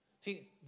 See